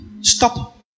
stop